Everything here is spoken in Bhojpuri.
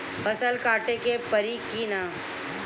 फसल काटे के परी कि न?